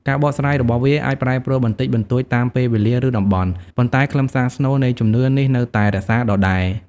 ការបកស្រាយរបស់វាអាចប្រែប្រួលបន្តិចបន្តួចតាមពេលវេលា ឬតំបន់ ប៉ុន្តែខ្លឹមសារស្នូលនៃជំនឿនេះនៅតែរក្សាដដែល។